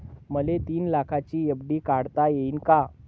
मले तीन लाखाची एफ.डी काढता येईन का?